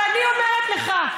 אבל אני אומרת לך,